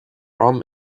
arm